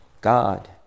God